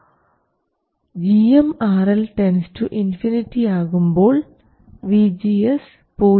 gm RL ∞ ആകുമ്പോൾ VGS 0 ആകുന്നു VGS 0